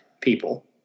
people